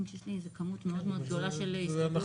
כשיש לי כמות מאוד גדולה של הסתייגויות.